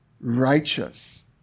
righteous